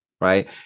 right